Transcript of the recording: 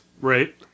Right